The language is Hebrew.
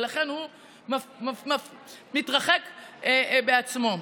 ולכן הוא מתרחק בעצמו,